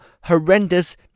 horrendous